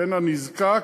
בין הנזקק,